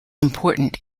important